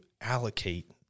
allocate